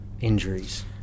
injuries